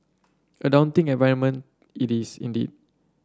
a daunting environment it is indeed